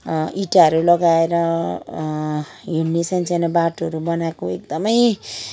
इँटाहरू लगाएर हिँड्ने सान्सानो बाटोहरू बनाएको एकदमै